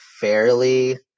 fairly